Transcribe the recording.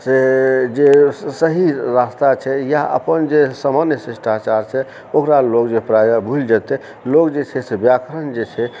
से जे सही रास्ता छै या अपन जे सामान्य शिष्टाचार छै ओकरा लोक जे प्रायः भुलि जेतय लोक जे छै से व्याकरण जे छै